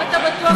אם אתה בטוח,